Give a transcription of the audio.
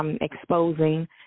exposing